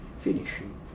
finishing